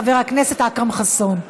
חבר הכנסת אכרם חסון.